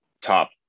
top